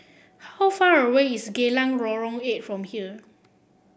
how far away is Geylang Lorong Eight from here